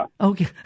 Okay